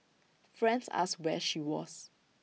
friends asked where she was